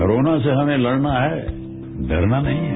corona से हमें लड़ना है डरना नहीं है